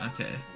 Okay